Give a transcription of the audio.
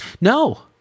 No